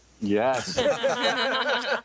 Yes